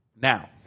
Now